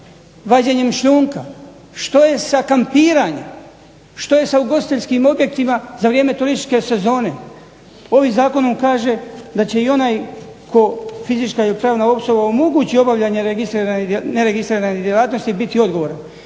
vađenjem šljunka, što je sa kampiranjem? Što je sa ugostiteljskim objektima za vrijeme turističke sezone? Ovim zakonom kaže da će i onaj tko, fizička ili pravna osoba, omogući obavljanje neregistriranih djelatnosti biti odgovoran.